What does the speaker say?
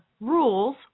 rules